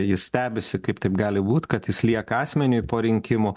jis stebisi kaip taip gali būt kad jis lieka asmeniui po rinkimų